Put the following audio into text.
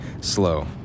Slow